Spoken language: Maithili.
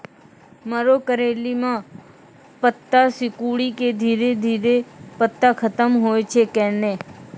मरो करैली म पत्ता सिकुड़ी के धीरे धीरे पत्ता खत्म होय छै कैनै?